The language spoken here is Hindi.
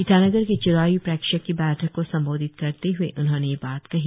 ईटानगर के च्नावी प्रेक्षक की बैठक को संबोधित करते हुए उन्होंने यह बात कही